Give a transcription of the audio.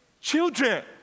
children